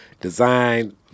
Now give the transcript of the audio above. design